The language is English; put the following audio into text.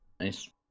Nice